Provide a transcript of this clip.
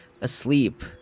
asleep